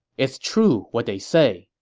is true what they say,